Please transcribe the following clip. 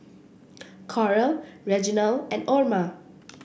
Coral Reginal and Orma